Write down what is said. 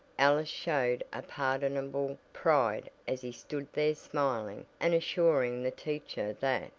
alice showed a pardonable pride as he stood there smiling and assuring the teacher that,